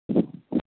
ठीक छै